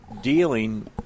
dealing